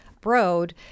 Broad